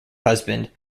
husband